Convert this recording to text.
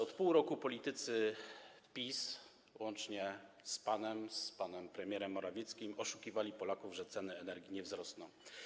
Od pół roku politycy PiS łącznie z panem, panie ministrze, z panem premierem Morawieckim, oszukiwali Polaków, że ceny energii nie wzrosną.